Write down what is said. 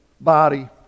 body